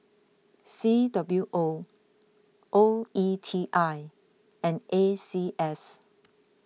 C W O O E T I and A C S